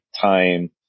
time